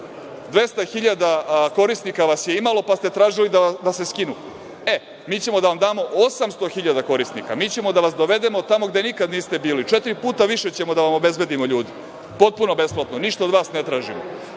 200.000 korisnika vas je imalo pa ste tražili da vas skinu, e, mi ćemo da vam damo 800.000 korisnika, mi ćemo da vas dovedemo tamo gde nikad niste bili, četiri puta više ćemo da vam obezbedimo ljudi, potpuno besplatno, ništa od vas ne tražimo.I,